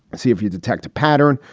see if you detect a pattern.